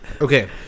Okay